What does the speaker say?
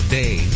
day